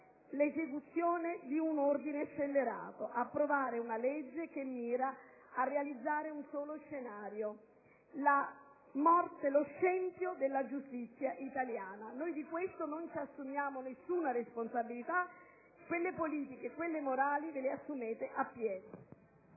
l'esecuzione di un ordine scellerato: approvare una legge che mira a realizzare un solo scenario, la morte, lo scempio della giustizia italiana. Di questo noi non ci assumiamo alcuna responsabilità;, quelle politiche e quelle morali ve le assumete appieno